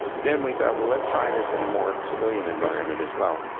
then we thought, well, let's try this in a more civilian environment as well.